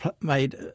made